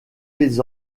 les